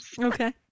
Okay